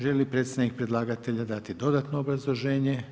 Želi li predstavnik predlagatelja dati dodatno obrazloženje?